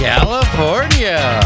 California